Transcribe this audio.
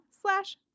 slash